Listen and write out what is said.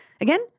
Again